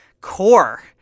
core